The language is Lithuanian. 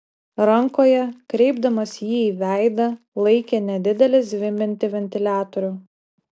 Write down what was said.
rankoje kreipdamas jį į veidą laikė nedidelį zvimbiantį ventiliatorių